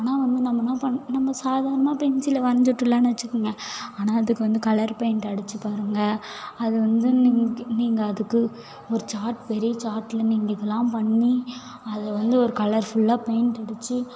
ஆனால் வந்து நம்ம என்ன நம்ம சாதாரணமாக பென்சிலில் வரைஞ்சிவுட்டுல்லான்னு வைச்சிக்கோங்க ஆனால் அதுக்கு வந்து கலர் பெயிண்டு அடித்து பாருங்கள் அது வந்து நீங்கள் அதுக்கு ஒரு சாட் பெரிய சார்ட்ல நீங்கள் இதல்லாம் பண்ணி அதை வந்து ஒரு கலர்ஃபுல்லாக பெயிண்ட்டடித்து